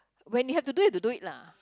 when you have to do you do it lah